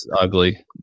ugly